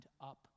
up